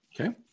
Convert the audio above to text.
Okay